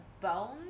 bone